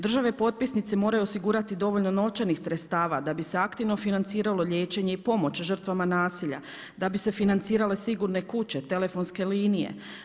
Države potpisnice moraju osigurati dovoljno novčanih sredstava da bi se aktivno financiralo liječenje i pomoć žrtvama nasilja, da bi se financirale sigurne kuće, telefonske linije.